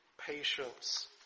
patience